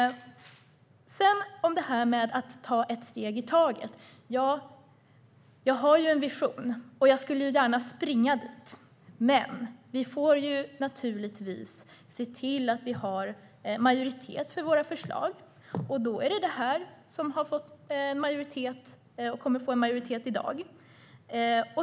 När det sedan gäller att ta ett steg i taget vill jag säga att jag har en vision, och jag skulle gärna springa dit. Men vi får naturligtvis se till att vi har majoritet för våra förslag, och då har det här förslaget fått majoritet eller kommer att få det vid voteringen i dag.